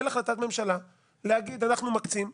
החלטת ממשלה שבה היא מקצה כסף לפיצויים,